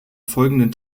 folgenden